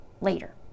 later